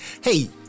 Hey